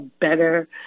better